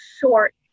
short